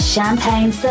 Champagne